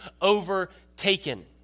overtaken